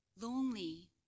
lonely